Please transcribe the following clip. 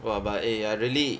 !wah! but eh ya really